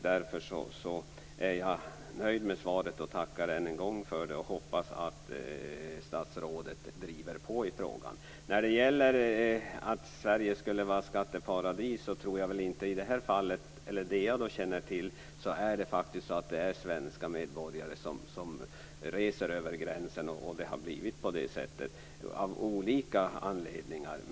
Därför är jag nöjd med svaret och tackar än en gång för det samt hoppas att statsrådet driver på i frågan. När det gäller att Sverige skulle vara ett skatteparadis är det faktiskt i de fall som jag känner till svenska medborgare som reser över gränsen av olika anledningar.